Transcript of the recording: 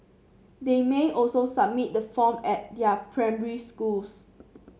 they may also submit the form at their primary schools